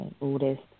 oldest